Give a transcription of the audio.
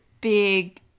big